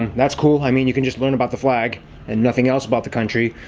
that's cool. i mean, you can just learn about the flag and nothing else about the country.